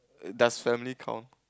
does family count